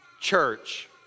church